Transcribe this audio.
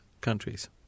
countries